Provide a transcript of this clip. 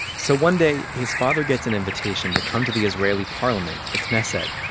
so one day, his father gets an invitation to come to the israeli parliament, the knesset,